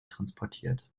transportiert